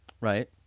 Right